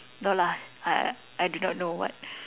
no lah I I do not know what